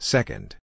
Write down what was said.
Second